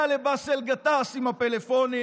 אדם עם הרשעות פליליות,